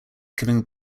giving